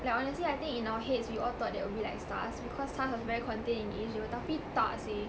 like honestly I think in our heads we all thought that it would be like SARS because SARS was very contained in asia tapi tak seh